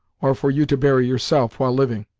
or for you to bury yourself, while living.